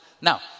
Now